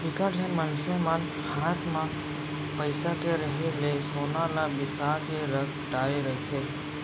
बिकट झन मनसे मन हात म पइसा के रेहे ले सोना ल बिसा के रख डरे रहिथे